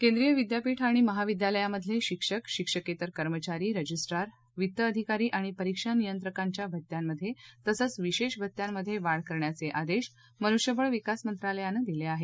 केंद्रीय विद्यापीठ आणि महाविद्यालयामधले शिक्षक शिक्षकेतर कर्मचारी रजिस्ट्रार वित्त अधिकारी आणि परीक्षा नियंत्रकाच्या भत्यांमधे तसंच विशेष भत्त्यांमधे वाढ करण्याचे आदेश मनुष्यबळ विकास मंत्रालयानं दिले आहेत